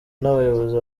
n’abayobozi